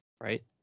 Right